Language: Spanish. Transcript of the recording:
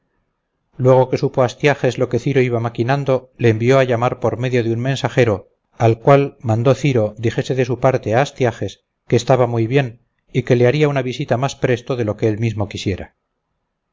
luego que supo astiages lo que ciro iba maquinando le envió a llamar por medio de un mensajero al cual mandó ciro dijese de su parte a astiages que estaba muy bien y que le haría una visita más presto de lo que él mismo quisiera